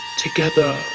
together,